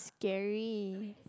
scary